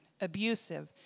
abusive